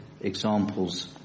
examples